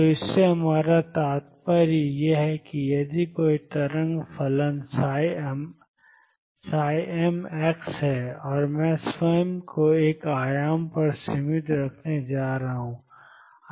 तो इससे हमारा तात्पर्य यह है कि यदि कोई तरंग फलन m है और मैं स्वयं को एक आयाम तक सीमित रखने जा रहा हूँ